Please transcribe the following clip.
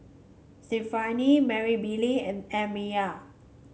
Stefani Marybelle and Amya